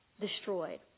destroyed